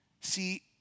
See